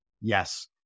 yes